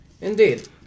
Indeed